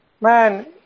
man